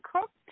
cooked